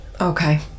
Okay